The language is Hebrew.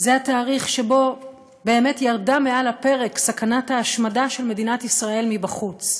זה התאריך שבו באמת ירדה מעל הפרק סכנת ההשמדה של מדינת ישראל מבחוץ.